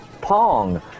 Pong